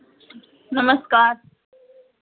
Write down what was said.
नमस्कार